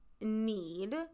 need